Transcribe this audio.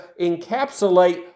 encapsulate